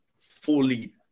fully